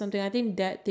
okay